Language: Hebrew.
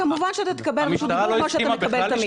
כמובן שאתה תקבל רשות דיבור כמו שאתה מקבל תמיד.